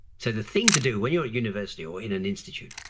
so the thing to do when you're at university or in an institute,